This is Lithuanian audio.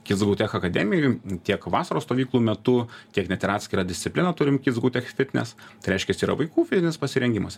kits gau tech akademijoj tiek vasaros stovyklų metu tiek net ir atskirą discipliną turim kits gau tech fitnes tai reiškias yra vaikų fizinis pasirengimas